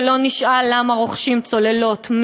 שלא נשאל למה רוכשים צוללות,